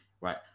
right